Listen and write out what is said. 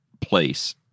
place